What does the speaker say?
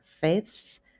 faiths